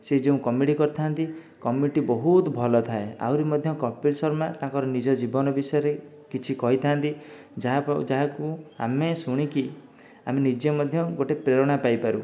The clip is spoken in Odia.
ସେ ଯେଉଁ କମେଡି କରିଥାନ୍ତି କମେଡ଼ିଟି ବହୁତ ଭଲ ଥାଏ ଆହୁରି ମଧ୍ୟ କପିଲ୍ ଶର୍ମା ତାଙ୍କ ନିଜ ଜୀବନ ବିଷୟରେ କିଛି କହିଥାନ୍ତି ଯାହାକୁ ଯାହାକୁ ଆମେ ଶୁଣିକି ଆମେ ନିଜେ ମଧ୍ୟ ଗୋଟେ ପ୍ରେରଣା ପାଇପାରୁ